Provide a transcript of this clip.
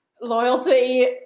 loyalty